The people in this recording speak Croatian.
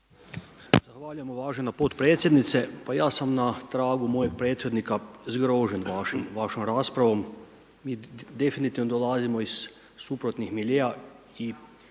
Zahvaljujem uvažena potpredsjednice. Pa ja sam na tragu mojeg prethodnika zgrožen vašom raspravom. Mi definitivno dolazimo iz suprotnih miljea i